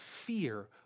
fear